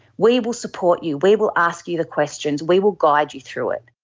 we will support you, we will ask you the questions, we will guide you through it.